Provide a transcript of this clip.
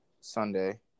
sunday